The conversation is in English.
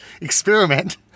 experiment